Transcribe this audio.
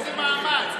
איזה מעמד?